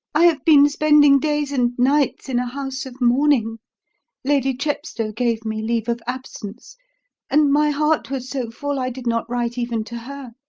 i have been spending days and nights in a house of mourning lady chepstow gave me leave of absence and my heart was so full i did not write even to her.